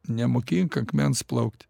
nemokink akmens plaukt